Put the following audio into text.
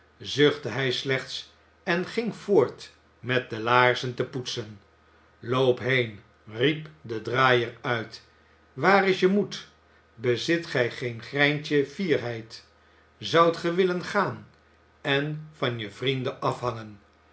zuchtte hij slechts en ging voort met de laarzen te poetsen loop heen riep de draaier uit waar is je moed bezit gij geen greintje fierheid zoudt ge willen gaan en van je vrienden afhangen